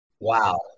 Wow